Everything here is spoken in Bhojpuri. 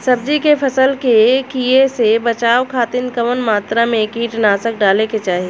सब्जी के फसल के कियेसे बचाव खातिन कवन मात्रा में कीटनाशक डाले के चाही?